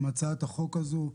עם הצעת החוק הזאת.